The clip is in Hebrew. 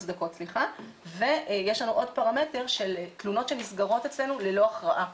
יש לנו עוד פרמטר של תלונות שנסגרות אצלנו ללא הכרעה.